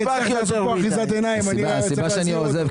הסיבה שאני עוזב,